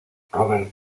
robert